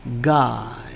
God